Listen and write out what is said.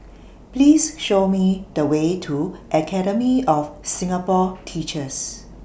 Please Show Me The Way to Academy of Singapore Teachers